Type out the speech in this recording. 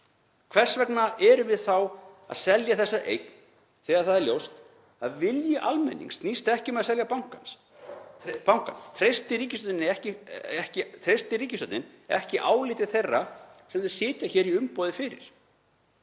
Hvers vegna erum við þá að selja þessa eign þegar það er ljóst að vilji almennings snýst ekki um að selja bankann? Treystir ríkisstjórnin ekki áliti þeirra sem hún situr hér í umboði fyrir?